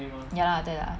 ya lah 对 lah